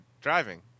driving